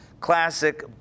classic